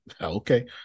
okay